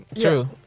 True